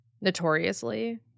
Notoriously